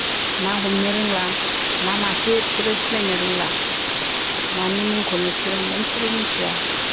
ना हमनो रोंला ना मासे बिसोरो सिनायनो रोंला नानि मुंखौनो बिसोरो मोनसेबो मिथिया